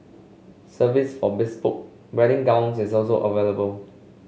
service for bespoke wedding gowns is also available